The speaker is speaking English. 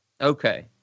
Okay